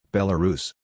Belarus